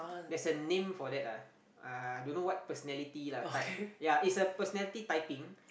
there's a name for that ah uh don't know what personality lah type it's a personality typing